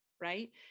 right